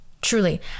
truly